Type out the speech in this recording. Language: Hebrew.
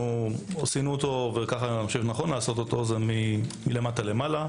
עשינו אותו מלמטה למעלה,